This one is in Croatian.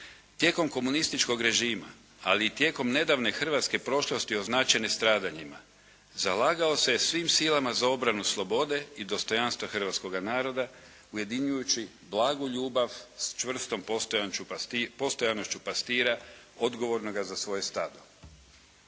"Tijekom komunističkog režima, ali i tijekom nedavne hrvatske prošlosti označene stradanjima, zalagao se je svim silama za obranu slobode i dostojanstva hrvatskoga naroda ujedinjujući blagu ljubav s čvrstom postojanošću pastira odgovornoga za svoje stado.".